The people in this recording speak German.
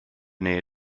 nähe